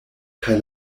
kaj